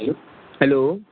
hello hello